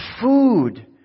food